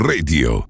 Radio